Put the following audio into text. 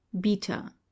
BETA